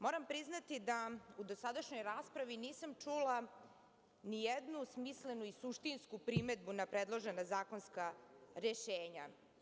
Moram priznati da u dosadašnjoj raspravi nisam čula nijednu smislenu i suštinsku primedbu na predložena zakonska rešenja.